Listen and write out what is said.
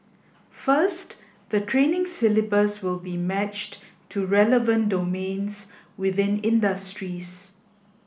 first the training syllabus will be matched to relevant domains within industries